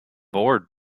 bored